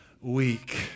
week